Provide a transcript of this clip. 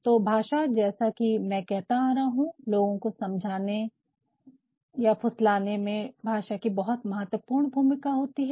तो भाषा जैसा की मैं कहता आ रहा हूँ कि लोगो को समझाने या फुसलाने में भाषा कि बहुत महत्वपूर्ण भूमिका होती है